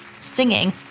singing